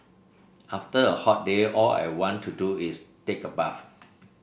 after a hot day all I want to do is take a bath